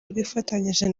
rwifatanyije